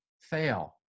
Fail